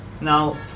now